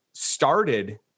started